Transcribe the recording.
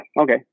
Okay